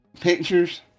Pictures